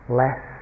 less